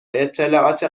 اطلاعات